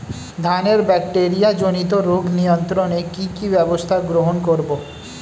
ধানের ব্যাকটেরিয়া জনিত রোগ নিয়ন্ত্রণে কি কি ব্যবস্থা গ্রহণ করব?